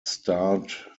starred